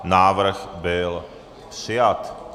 Návrh byl přijat.